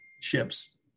ships